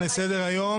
תודה רבה.